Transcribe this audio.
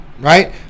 right